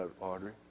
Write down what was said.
Audrey